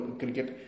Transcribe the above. cricket